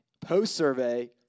post-survey